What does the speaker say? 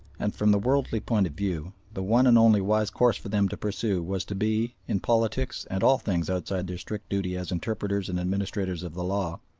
and, from the worldly point of view, the one and only wise course for them to pursue was to be, in politics and all things outside their strict duty as interpreters and administrators of the law,